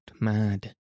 mad